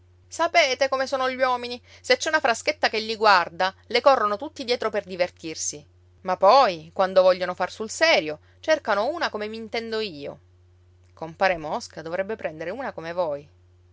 sapete come sono gli uomini se c'è una fraschetta che li guarda le corrono tutti dietro per divertirsi ma poi quando vogliono far sul serio cercano una come m'intendo io compare mosca dovrebbe prendere una come voi